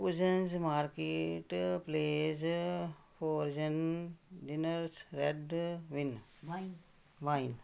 cuisines market places frozen dinner red wine wine